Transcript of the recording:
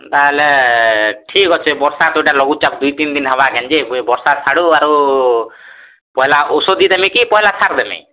ହେନ୍ତା ହେଲେ ଠିକ୍ ଅଛେ ବର୍ଷା ଯଉଟା ଲଘୁଚାପ ଦୁଇ ତିନ୍ ଦିନ୍ ହେବାକାଞ୍ଜେ ବର୍ଷା ଛାଡୁ ଆରୁ ପହେଲା ଉଷୋ ଦିଦେମିକି ପହେଲା ସାର ଦେମି